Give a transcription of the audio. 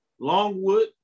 Longwood